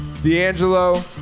D'Angelo